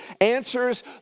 answers